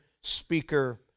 speaker